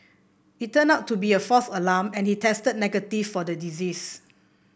it turned out to be a false alarm and he tested negative for the disease